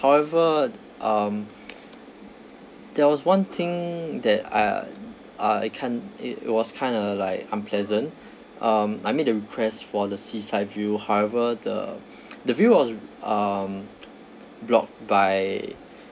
however um there was one thing that I I can't it was kind of like unpleasant um I made the request for the seaside view however the the view was um blocked by